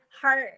heart